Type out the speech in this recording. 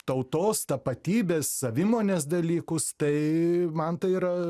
tautos tapatybės savimonės dalykus tai man tai yra